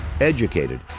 Educated